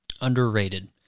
underrated